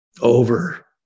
Over